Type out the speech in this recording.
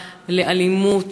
לאלימות,